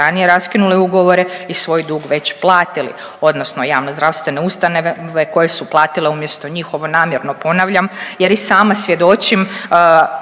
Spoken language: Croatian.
ranije raskinuli ugovore i svoj dug već platili odnosno javnozdravstvene ustanove koje su platile umjesto njih, ovo namjerno ponavljam jer i sama svjedočim